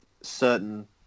certain